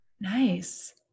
Nice